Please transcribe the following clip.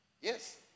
Yes